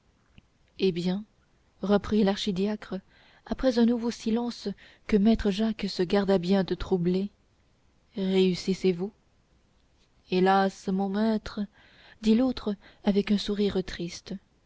eh bien reprit l'archidiacre après un nouveau silence que maître jacques se garda bien de troubler réussissez vous hélas mon maître dit l'autre avec un sourire triste